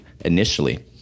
initially